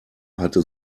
hatte